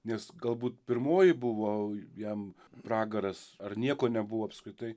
nes galbūt pirmoji buvo jam pragaras ar nieko nebuvo apskritai